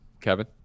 Kevin